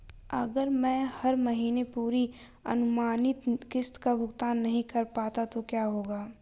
अगर मैं हर महीने पूरी अनुमानित किश्त का भुगतान नहीं कर पाता तो क्या होगा?